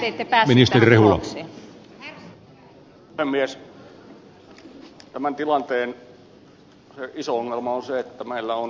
tämän tilanteen iso ongelma on se että meillä on yhteinen tahto